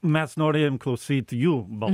mes norėjom klausyt jų bal